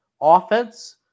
offense